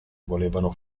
volevano